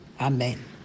Amen